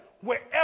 wherever